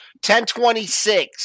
1026